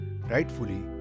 rightfully